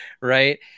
right